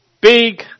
big